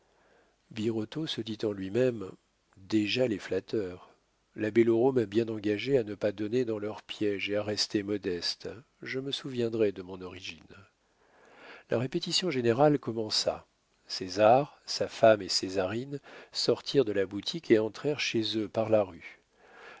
birotteau se dit en lui-même déjà les flatteurs l'abbé loraux m'a bien engagé à ne pas donner dans leurs piéges et à rester modeste je me souviendrai de mon origine la répétition générale commença césar sa femme et césarine sortirent de la boutique et entrèrent chez eux par la rue